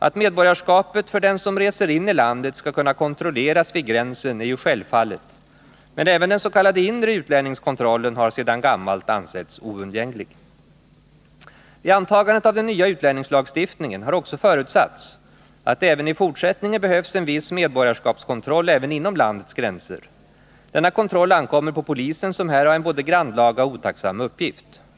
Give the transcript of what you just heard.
Att medborgarskapet för den som reser in i landet skall kunna kontrolleras vid gränsen är ju självfallet, men även den s.k. inre utlänningskontrollen har sedan gammalt ansetts oundgänglig. Vid antagandet av den nya utlänningslagstiftningen har också förutsatts att det även i fortsättningen behövs en viss medborgarskapskontroll även inom landets gränser. Denna kontroll ankommer på polisen, som här har en både grannlaga och otacksam uppgift.